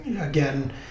again